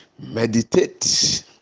meditate